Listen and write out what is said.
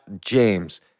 James